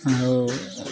ଆଉ